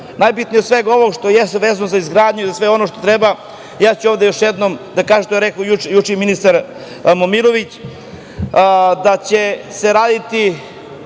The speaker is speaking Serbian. radili. Najbitnije od svega ovog što jeste vezano za izgradnju i za sve ono što treba, ja ću ovde još jednom da kažem što je rekao i juče ministar Momirović, da će se raditi